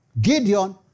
Gideon